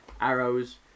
arrows